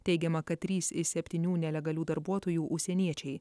teigiama kad trys iš septynių nelegalių darbuotojų užsieniečiai